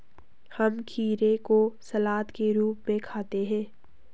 हम खीरे को सलाद के रूप में खाते हैं